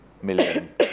Million